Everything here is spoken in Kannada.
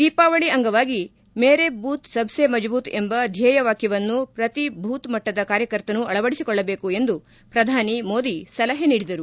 ದೀಪಾವಳಿ ಅಂಗವಾಗಿ ಮೇರೆ ಭೂತ್ ಸಬ್ಲೆ ಮಜ್ಭೂತ್ ಎಂಬ ಧ್ವೇಯ ವಾಕ್ಯವನ್ನು ಪ್ರತಿಭೂತ್ ಮಟ್ಟದ ಕಾರ್ಯಕರ್ತನೂ ಅಳವಡಿಸಿಕೊಳ್ಳಬೇಕು ಎಂದು ಪ್ರಧಾನಿ ಮೋದಿ ಸಲಹೆ ನೀಡಿದರು